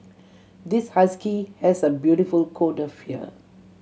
this husky has a beautiful coat of fur